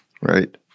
right